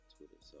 Twitter